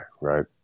right